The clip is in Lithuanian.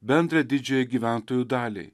bendrą didžiajai gyventojų daliai